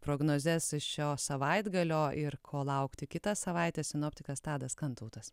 prognozes šio savaitgalio ir ko laukti kitą savaitę sinoptikas tadas kantautas